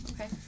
Okay